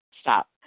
stop